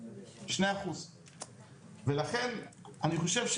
2%. אני חושב,